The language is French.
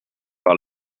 par